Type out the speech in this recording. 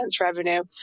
revenue